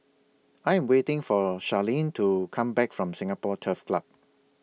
I Am waiting For Sharlene to Come Back from Singapore Turf Club